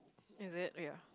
is it oh ya